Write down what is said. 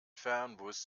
fernbus